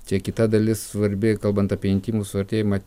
tiek kita dalis svarbi kalbant apie intymų suartėjimą